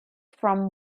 from